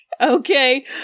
Okay